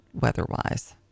weather-wise